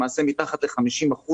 למעשה מתחת ל-50%,